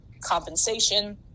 compensation